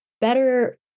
better